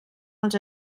els